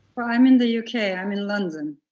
well, i'm in the u. k. i'm in london.